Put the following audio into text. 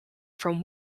from